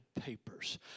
papers